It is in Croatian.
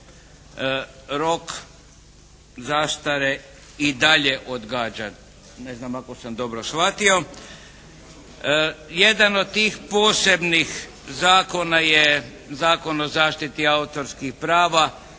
rok zastare i dalje odgađa, ne znam ako sam dobro shvatio. Jedan od tih posebnih zakona je Zakon o zaštiti autorskih prava